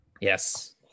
Yes